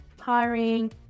hiring